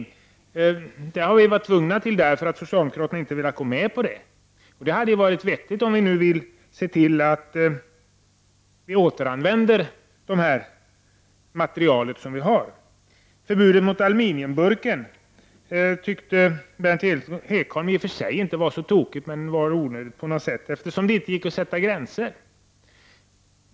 På den punkten har vi varit tvungna att reservera oss därför att socialdemokraterna inte har velat gå med på det kravet, vilket hade varit vettigt att göra om man velat se till att återanvända det material som finns. Förbudet för aluminiumburken tyckte Berndt Ekholm i och för sig inte var så tokigt, men det var onödigt på något sätt, eftersom det inte gick att sätta gränser.